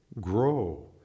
grow